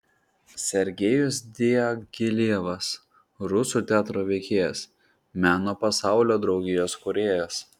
sergejus diagilevas rusų teatro veikėjas meno pasaulio draugijos kūrėjas